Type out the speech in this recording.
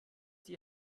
die